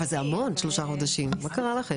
אבל זה המון שלושה חודשים, מה קרה לכם?